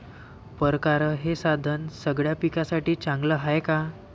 परकारं हे साधन सगळ्या पिकासाठी चांगलं हाये का?